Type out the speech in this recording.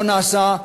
לא נעשה,